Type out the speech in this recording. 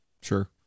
sure